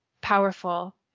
powerful